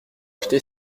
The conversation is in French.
acheté